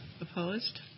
Opposed